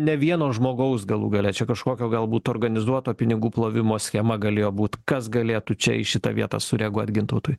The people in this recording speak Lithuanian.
ne vieno žmogaus galų gale čia kažkokio galbūt organizuoto pinigų plovimo schema galėjo būt kas galėtų čia į šitą vietą sureaguot gintautai